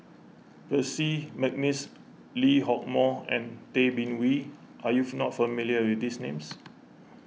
Percy McNeice Lee Hock Moh and Tay Bin Wee are you not familiar with these names